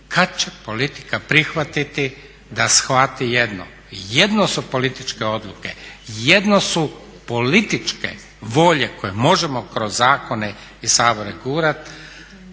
kad će politika prihvatiti da shvati jedno: jedno su političke odluke, jedno su političke volje koje možemo kroz zakone i Sabore gurati